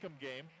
game